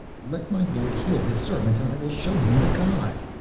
let my lord heal his servant, and i will show him the god.